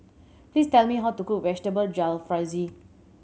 please tell me how to cook Vegetable Jalfrezi